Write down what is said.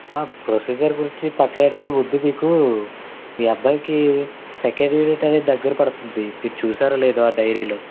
procedure గురించి పక్కన పేడితే ముందు మీకు మీ అబ్బాయికి సెకండ్ యునిట్ అనేది దగ్గర పడుతుంది మీరు చూశారో లేదో ఆ డైరీలో